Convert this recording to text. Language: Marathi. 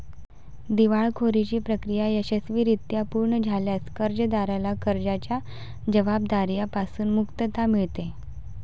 दिवाळखोरीची प्रक्रिया यशस्वीरित्या पूर्ण झाल्यास कर्जदाराला कर्जाच्या जबाबदार्या पासून मुक्तता मिळते